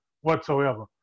whatsoever